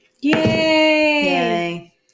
Yay